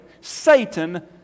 Satan